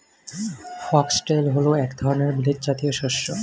foxtail হল এক ধরনের মিলেট জাতীয় শস্য